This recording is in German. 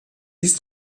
ließ